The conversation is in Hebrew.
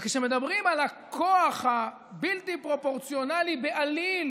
כשמדברים על הכוח הבלתי-פרופורציונלי בעליל